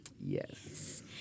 Yes